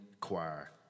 choir